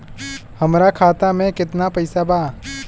हमरा खाता मे केतना पैसा बा?